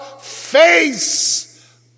face